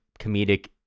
comedic